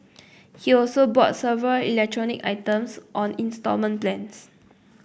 he also bought several electronic items on instalment plans